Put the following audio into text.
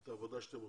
את העבודה שאתם עושים.